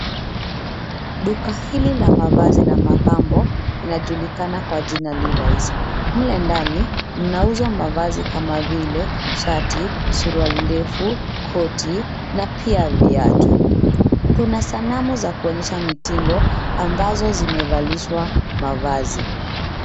Duka hili la mavazi na mapambo linajulikana kwa jina Levis . Mle ndani, mnauzwa mavazi kama vile; shati, suruali ndefu, koti na pia viatu. Kuna sanamu za kuonyesha mitindo ambazo zimevalishwa mavazi.